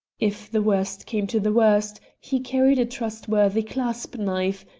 if the worst came to the worst he carried a trustworthy clasp knife,